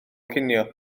cinio